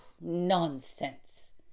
nonsense